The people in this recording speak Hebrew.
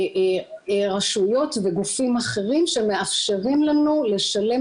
רשויות וגופים אחרים שמאפשרים לנו לשלם